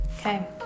Okay